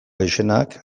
gehienak